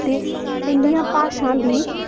ते इं'दियां भाशां बी